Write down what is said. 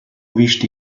wished